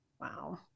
Wow